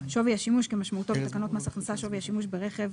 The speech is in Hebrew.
"שווי השימוש" כמשמעותו בתקנות מס הכנסה(שווי השימוש ברכב),